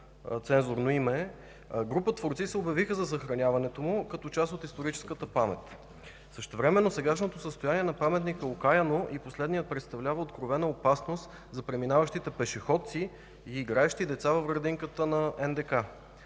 нецензурно име, група творци се обявиха за съхраняването му, като част от историческата памет. Същевременно сегашното състояние на паметника е окаяно и последният представлява откровена опасност за преминаващите пешеходци и играещите деца в градинката на НДК.